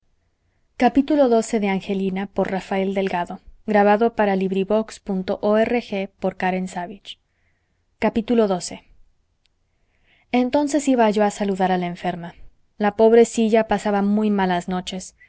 no viene xii entonces iba yo a saludar a la enferma la pobrecilla pasaba muy malas noches